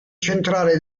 centrale